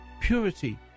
purity